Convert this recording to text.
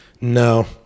No